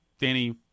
Danny